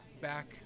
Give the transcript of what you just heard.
back